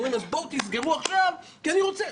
הם אומרים: אז בואו תסגרו עכשיו כי אני רוצה.